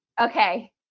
Okay